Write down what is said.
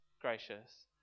gracious